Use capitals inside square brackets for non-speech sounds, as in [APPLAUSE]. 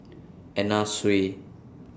Anna Sui [NOISE]